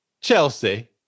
Chelsea